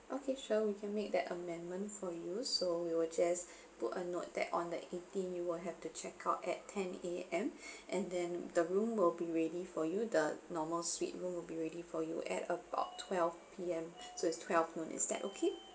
okay sure we can make that amendment for you so we will just put a note that on the eighteen you will have to check out at ten A_M and then the room will be ready for you the normal suite room will be ready for you at about twelve P_M so it's twelve noon is that okay